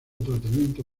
tratamiento